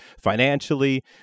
financially